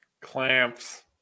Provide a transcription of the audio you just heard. Clamps